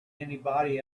anybody